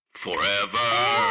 Forever